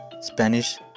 Spanish